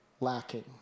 lacking